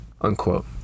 Unquote